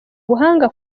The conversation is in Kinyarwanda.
ubuhanga